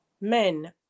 men